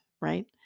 right